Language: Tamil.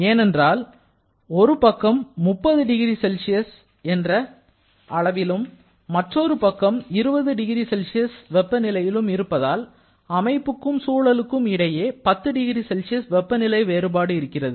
ஏனென்றால் ஒரு பக்கம் 30 டிகிரி செல்சியசிலும் மற்றொரு பக்கம் 20 டிகிரி செல்சியஸ் வெப்பநிலையிலும் இருப்பதால் அமைப்புக்கும் சூழலுக்கும் இடையே 10 டிகிரி செல்சியஸ் வெப்பநிலை வேறுபாடு இருக்கிறது